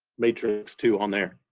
matrix too on there.